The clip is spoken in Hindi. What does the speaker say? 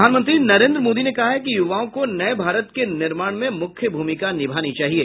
प्रधानमंत्री नरेन्द्र मोदी ने कहा है कि युवाओं को नये भारत के निर्माण में मुख्य भूमिका निभानी चाहिए